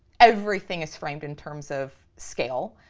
everything is framed in terms of scale.